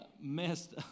messed